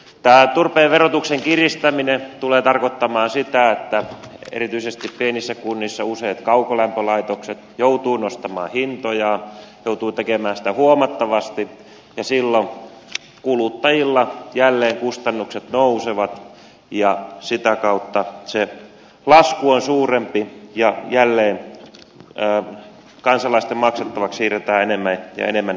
tämä turpeen verotuksen kiristäminen tulee tarkoittamaan sitä että erityisesti pienissä kunnissa useat kaukolämpölaitokset joutuvat nostamaan hintojaan joutuvat tekemään sitä huomattavasti ja silloin kuluttajilla jälleen kustannukset nousevat ja sitä kautta se lasku on suurempi ja jälleen kansalaisten maksettavaksi siirretään enemmän ja enemmän näitä maksuja